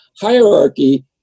hierarchy